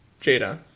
Jada